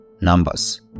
Numbers